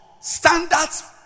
standards